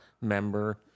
member